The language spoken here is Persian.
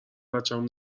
بچمون